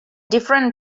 different